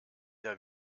der